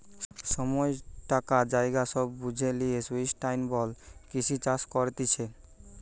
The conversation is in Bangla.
সময়, টাকা, জায়গা সব বুঝে লিয়ে সুস্টাইনাবল কৃষি চাষ করতিছে